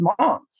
moms